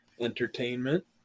entertainment